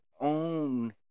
own